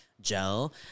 gel